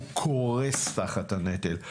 הוא קורס תחת הנטל.